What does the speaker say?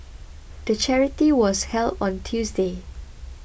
the charity was held on Tuesday